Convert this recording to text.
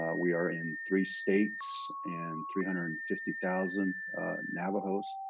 we are in three states. and three hundred and fifty thousand navajos.